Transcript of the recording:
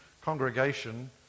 congregation